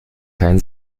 kein